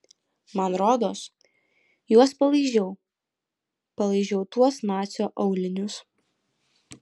man rodos juos palaižiau palaižiau tuos nacio aulinius